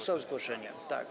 Są zgłoszenia, tak?